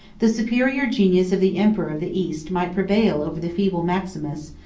the superior genius of the emperor of the east might prevail over the feeble maximus,